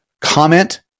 Comment